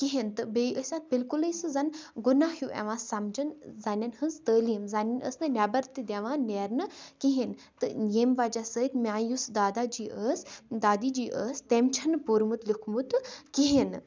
کِہیٖنۍ تہٕ بیٚیہِ ٲسۍ اَتھ بالکُلٕے سُہ زَن گُناہ ہیوٗ یِوان سَمجھنہٕ زَنٮ۪ن ہٕنٛز تعلیٖم زَنٮ۪ن ٲس نہٕ نٮ۪بر تہِ دِوان نیرنہٕ کِہیٖنۍ تہٕ ییٚمہِ وَجہہ سۭتۍ میٛانۍ یُس دادا جی ٲس دادی جی ٲس تیٚم چھَنہٕ پوٚرمُت لیوٚکھمُت کِہیٖنۍ نہٕ